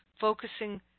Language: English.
Focusing